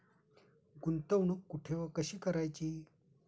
गुंतवणूक कुठे व कशी करायची?